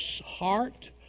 heart